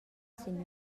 sin